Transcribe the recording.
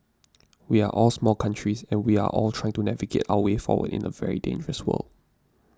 we are all small countries and we are all trying to navigate our way forward in a very dangerous world